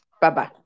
Bye-bye